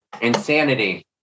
Insanity